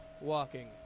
walking